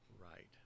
Right